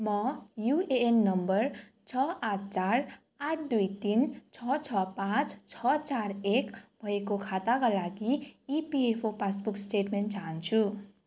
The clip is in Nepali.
म युएएन नम्बर छ आठ चार आठ दुई तिन छ छ पाँच छ चार एक भएको खाताका लागि इपिएफओ पासबुक स्टेटमेन्ट चाहन्छु